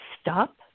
Stop